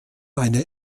eine